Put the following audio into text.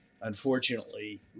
unfortunately